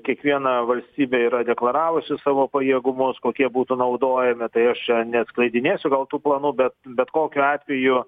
kiekviena valstybė yra deklaravusi savo pajėgumus kokie būtų naudojami tai aš čia neatskleidinėsiu gal tų planų bet bet kokiu atveju